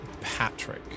Patrick